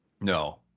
No